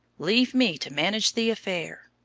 leave me to manage the affair.